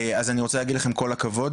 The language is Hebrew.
אז אני רוצה להגיד לכם כל הכבוד.